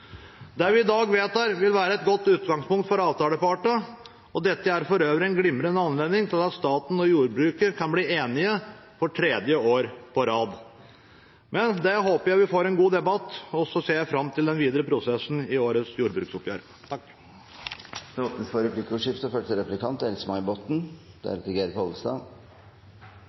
Det vi i dag vedtar, vil være et godt utgangspunkt for avtalepartene, og dette er for øvrig en glimrende anledning til at staten og jordbruket kan bli enige for tredje år på rad. Jeg håper vi får en god debatt, og ser fram til den videre prosessen i årets jordbruksoppgjør. Det blir replikkordskifte.